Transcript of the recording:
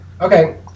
okay